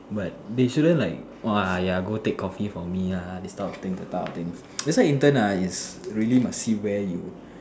but they shouldn't like !wah! !aiya! go take coffee for me ah this type of thing that type of thing that's why intern ah really must see where you